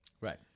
right